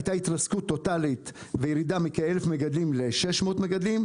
שהייתה התרסקות טוטאלית וירידה מאלף מגדלים ל-600 מגדלים,